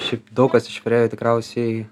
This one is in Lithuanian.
šiaip daug kas iš virėjų tikriausiai